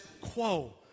quo